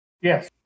Yes